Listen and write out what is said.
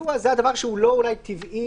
הסיוע זה הדבר שאולי הוא לא טבעי